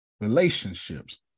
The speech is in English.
relationships